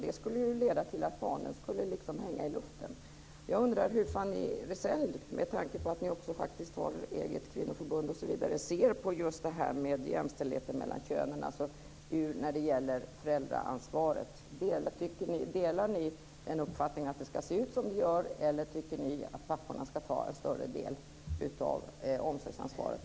Det skulle leda till att barnen liksom skulle hänga i luften. Jag undrar hur Fanny Rizell, med tanke på att ni faktiskt också har eget kvinnoförbund, ser på just jämställdheten mellan könen när det gäller föräldraansvaret. Delar ni uppfattningen att det ska se ut som det gör, eller tycker ni att papporna ska ta en större del av omsorgsansvaret?